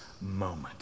moment